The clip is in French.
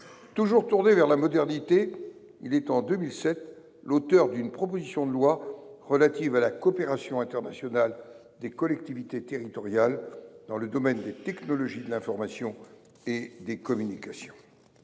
Toujours tourné vers la modernité, il est, en 2007, l’auteur d’une proposition de loi relative à la coopération internationale des collectivités territoriales dans le domaine des technologies de l’information et des communications.